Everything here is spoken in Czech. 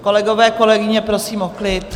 Kolegové, kolegyně, prosím o klid.